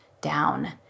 down